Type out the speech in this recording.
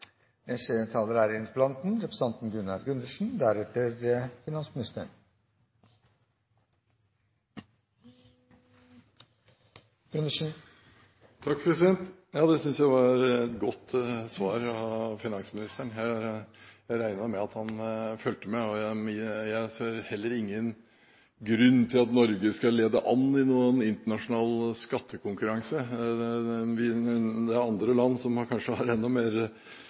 Det synes jeg var et godt svar fra finansministeren. Jeg regnet med at han fulgte med. Jeg ser heller ingen grunn til at Norge skal lede an i noen internasjonal skattekonkurranse. Det er andre land som kanskje har enda